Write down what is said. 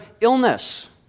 illness